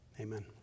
Amen